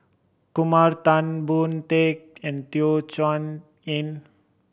Kumar Tan Boon Teik and Teo Chee Hean